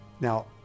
Now